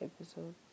episode